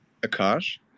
Akash